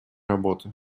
работы